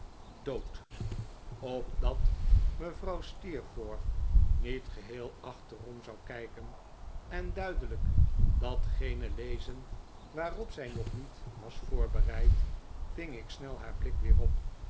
dood opdat mevrouw steerforth niet geheel achterom zou kijken en duidelijk datgene lezen waarop zij nog niet was voorbereid ving ik snel haar blik weer op